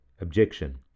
Objection